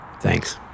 Thanks